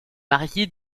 marié